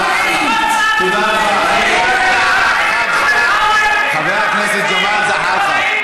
אף אחד עוד לא שלח את הילד שלו עם חגורת נפץ, מעל.